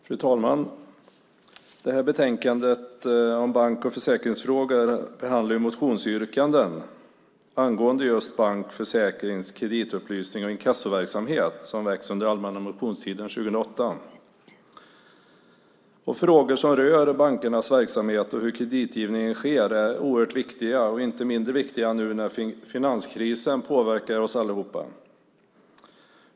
Fru talman! I detta betänkande om bank och försäkringsfrågor behandlas motionsyrkanden från den allmänna motionstiden 2008 angående just bank-, försäkrings-, kreditupplysnings och inkassoverksamhet. Frågor som rör bankernas verksamhet och hur kreditgivningen sker är oerhört viktiga. Inte mindre viktiga är de nu när finanskrisen påverkar oss allihop.